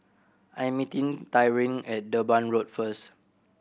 I am meeting Tyrin at Durban Road first